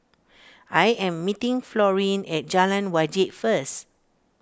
I am meeting Florene at Jalan Wajek first